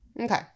okay